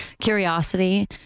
curiosity